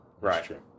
Right